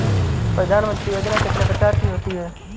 प्रधानमंत्री योजना कितने प्रकार की होती है?